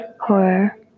horror